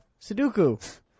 Sudoku